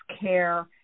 care